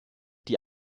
die